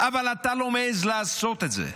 אבל אתה לא מעז לעשות את זה.